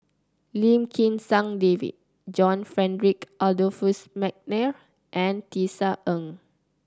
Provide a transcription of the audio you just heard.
Lim Kim San David John Frederick Adolphus McNair and Tisa Ng